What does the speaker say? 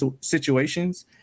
situations